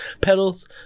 pedals